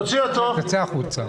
תצא החוצה.